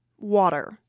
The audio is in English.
water